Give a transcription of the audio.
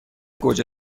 گوجه